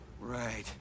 Right